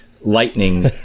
lightning